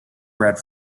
bred